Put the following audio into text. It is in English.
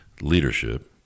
leadership